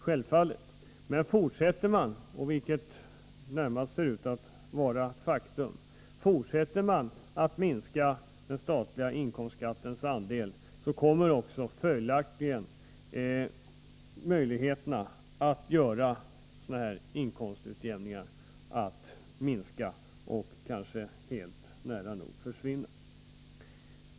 Självfallet kan man det, men fortsätter man att minska den statliga inkomstskattens andel, kommer möjligheterna att få till stånd inkomstutjämningar följaktligen att minska och kanske nära nog försvinna.